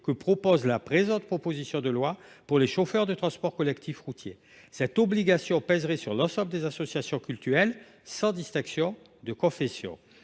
prévu dans la présente proposition de loi pour les chauffeurs de transport collectif routier. Cette obligation pèserait sur l’ensemble des associations cultuelles, sans distinction de confession.